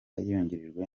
yungirijwe